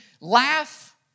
laugh